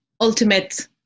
ultimate